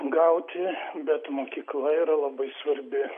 gauti bet mokykla yra labai svarbi